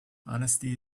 honesty